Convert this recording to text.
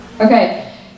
Okay